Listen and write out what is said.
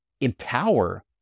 empower